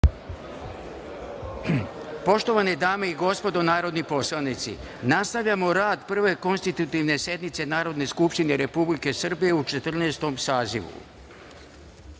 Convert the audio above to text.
Poštovane dame i gospodo narodni poslanici, nastavljamo rad Prve (konstitutivne) sednice Narodne skupštine Republike Srbije u Četrnaestom